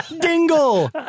dingle